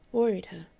worried her.